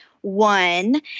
one